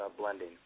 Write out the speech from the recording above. blending